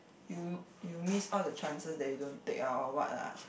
you'll you miss all the chances that you don't take ah or what lah